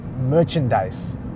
merchandise